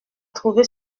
trouver